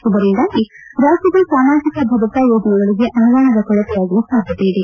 ಇದರಿಂದಾಗಿ ರಾಜ್ಯದ ಸಾಮಾಜಿಕ ಭದ್ರತಾ ಯೋಜನೆಗಳಿಗೆ ಅನುದಾನದ ಕೊರತೆಯಾಗುವ ಸಾಧ್ಯತೆ ಇದೆ